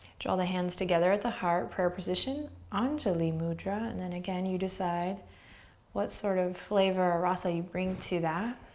draw the hands together at the heart, prayer position. anjali mudra, and then again, you decide what sort of flavor or rasa you bring to that,